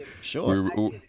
Sure